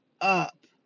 up